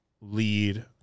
lead